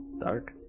Dark